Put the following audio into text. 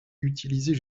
utilisées